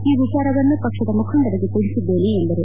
ಈ ವಿಚಾರವನ್ನು ಪಕ್ಷದ ಮುಖಂಡರಿಗೆ ತಿಳಿಸಿದ್ದೇನೆ ಎಂದರು